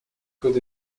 could